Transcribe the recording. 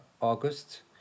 August